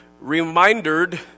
reminded